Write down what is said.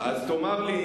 אז תאמר לי,